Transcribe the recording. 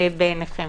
בעיניכם.